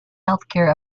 healthcare